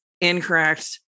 incorrect